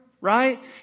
right